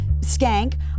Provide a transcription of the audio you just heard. skank